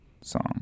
song